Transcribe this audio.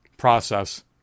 Process